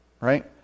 right